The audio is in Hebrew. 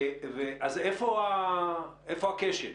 איפה הכשל?